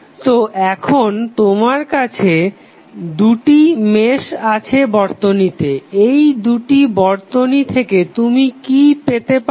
তো এখন তোমার কাছে দুটি মেশ আছে বর্তনীতে এই দুটি বর্তনী থেকে তুমি কি পেতে পারো